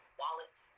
wallet